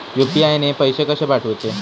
UPI ने पैशे कशे पाठवूचे?